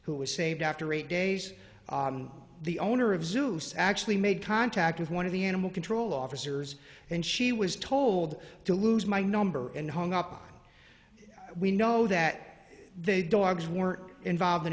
who was saved after eight days the owner of zeus actually made contact with one of the animal control officers and she was told to lose my number and hung up on we know that the dogs were involved in